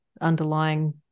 underlying